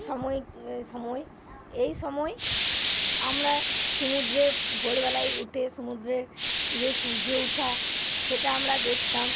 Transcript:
সময় সময় এই সময় আমরা সমুদ্রে ভোরবেলায় উঠে সমুদ্রের যে সূর্য ওঠা সেটা আমরা দেখতাম